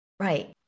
Right